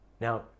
Now